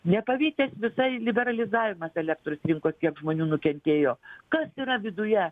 nepavykęs visai liberalizavimas elektros rinkos kiek žmonių nukentėjo kas yra viduje